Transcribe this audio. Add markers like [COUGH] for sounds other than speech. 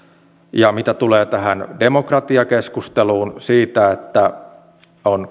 ja mitä tulee tähän demokratiakeskusteluun siitä että on [UNINTELLIGIBLE]